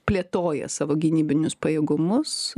plėtoja savo gynybinius pajėgumus